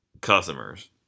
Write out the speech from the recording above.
customers